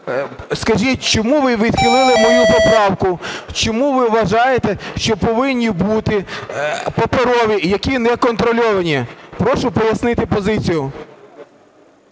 Скажіть, чому ви відхилили мою поправку? Чому ви вважаєте, що повинні бути паперові, які не контрольовані? Прошу пояснити позицію.